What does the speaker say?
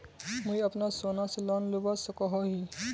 मुई अपना सोना से लोन लुबा सकोहो ही?